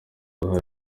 uruhara